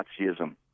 Nazism